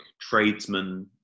tradesmen